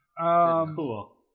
cool